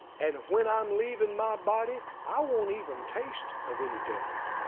and when i'm leaving my body i won't even taste of any death.